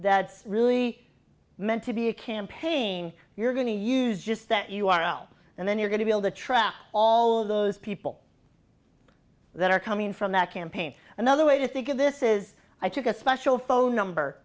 that really meant to be a campaign you're going to use just that u r l and then you're going to be able to track all those people that are coming from that campaign another way to think of this is i took a special phone number